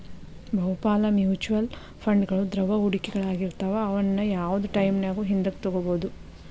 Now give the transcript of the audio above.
ಬಹುಪಾಲ ಮ್ಯೂಚುಯಲ್ ಫಂಡ್ಗಳು ದ್ರವ ಹೂಡಿಕೆಗಳಾಗಿರ್ತವ ಅವುನ್ನ ಯಾವ್ದ್ ಟೈಮಿನ್ಯಾಗು ಹಿಂದಕ ತೊಗೋಬೋದು